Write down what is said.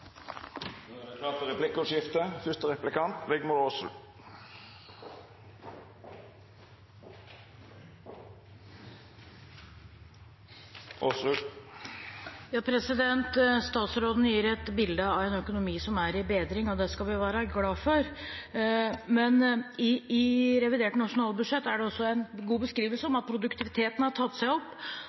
Det vert replikkordskifte. Statsråden gir et bilde av en økonomi som er i bedring, og det skal vi være glad for. Men i revidert nasjonalbudsjett er det også en god beskrivelse av at produktiviteten har tatt seg opp,